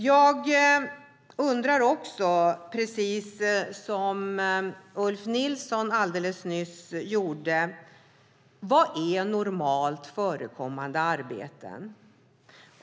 Jag undrar också, precis som Ulf Nilsson alldeles nyss gjorde, vad normalt förekommande arbeten är.